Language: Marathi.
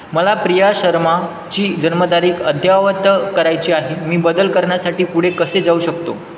मला प्रिया शर्माची जन्मतारीख अद्ययावत करायची आहे मी बदल करण्यासाठी पुढे कसे जाऊ शकतो